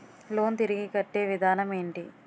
Loan తిరిగి కట్టే విధానం ఎంటి?